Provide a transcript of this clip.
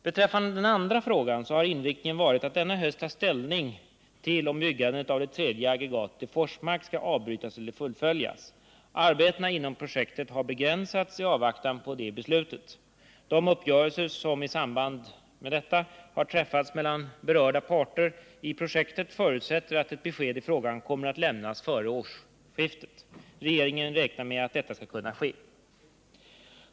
Beträffande den andra frågan så har inriktningen varit att denna höst ta ställning till om byggandet av det tredje aggregatet i Forsmark skall avbrytas eller fullföljas. Arbetena inom projektet har begränsats i avvaktan på detta beslut. De uppgörelser som i samband därmed har träffats mellan berörda parter i projektet förutsätter att ett besked i frågan kommer att lämnas före årsskiftet. Regeringen räknar med att detta skall kunna ske.